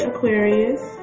Aquarius